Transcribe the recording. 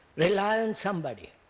rely on somebody,